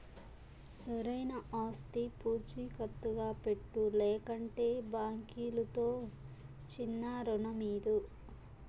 సరైన ఆస్తి పూచీకత్తుగా పెట్టు, లేకంటే బాంకీలుతో చిన్నా రుణమీదు